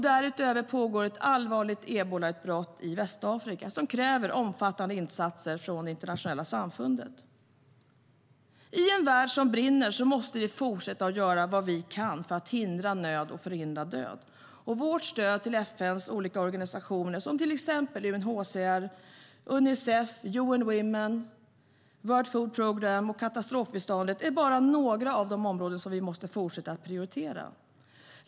Därutöver pågår ett allvarligt ebolautbrott i Västafrika som kräver omfattande insatser från det internationella samfundet.I en värld som brinner måste vi fortsätta att göra vad vi kan för att hindra nöd och förhindra död. Vårt stöd till FN:s olika organisationer, som UNHCR, Unicef, UN Women, World Food Program och katastrofbiståndet, är bara några av de områden vi måste fortsätta att prioritera.